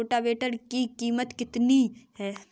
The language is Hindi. रोटावेटर की कीमत कितनी है?